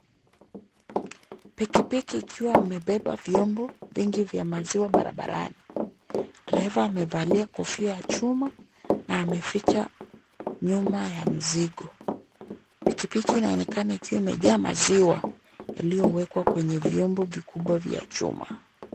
Piki piki ikiwa imebeba vyombo vingi vya maziwa barabarani. Dereva amevalia kofia ya chuma na ameficha nyuma ya mzigo. Piki piki inaonekana ikiwa imejaa maziwa iliyowekwa kwenye vyombo vikubwa vya maziwa.